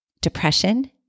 depression